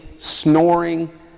snoring